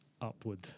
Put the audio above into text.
Upward